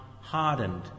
hardened